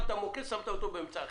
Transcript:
שמת מוקש באמצע החדר.